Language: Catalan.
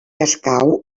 escau